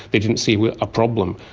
they didn't see a problem.